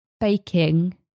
baking